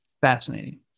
fascinating